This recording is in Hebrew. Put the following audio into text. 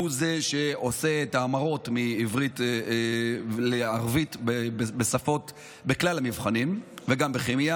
והוא זה שעושה את ההמרות מעברית לערבית בכלל המבחנים וגם בכימיה,